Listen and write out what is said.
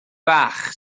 bach